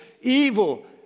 Evil